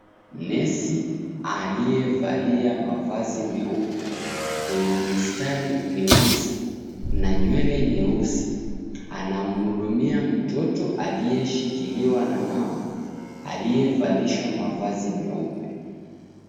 Nesi, aliyevalia mavazi meupe, yenye mistari meusi na nywele nyeusi, anamhudumia mtoto aliyeshikiliwa na mama, aliyevalishwa mavazi meupe.